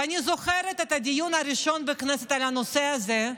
ואני זוכרת את הדיון הראשון בכנסת על הנושא הזה,